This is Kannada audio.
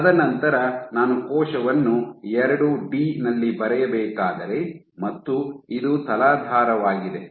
ತದನಂತರ ನಾನು ಕೋಶವನ್ನು ಎರಡು ಡಿ ನಲ್ಲಿ ಬರೆಯಬೇಕಾದರೆ ಮತ್ತು ಇದು ತಲಾಧಾರವಾಗಿದೆ